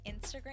Instagram